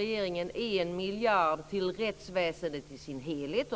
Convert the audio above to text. i vårpropositionen 1 miljard kronor till rättsväsendet i dess helhet.